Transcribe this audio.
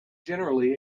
generally